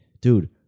dude